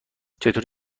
چطور